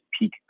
peak